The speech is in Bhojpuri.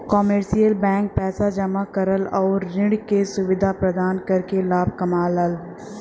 कमर्शियल बैंक पैसा जमा करल आउर ऋण क सुविधा प्रदान करके लाभ कमाला